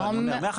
לא אני אומר,